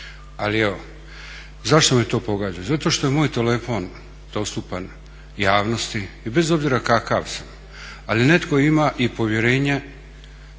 Ali evo, zašto me to pogađa? Zato što je moj telefon dostupan javnosti i bez obzira kakav sam ali netko ima i povjerenje